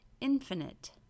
infinite